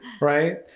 Right